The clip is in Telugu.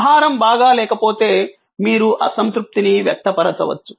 ఆహారం బాగా లేకపోతే మీరు అసంతృప్తిని వ్యక్తపరచవచ్చు